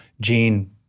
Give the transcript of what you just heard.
gene